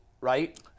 right